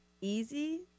easy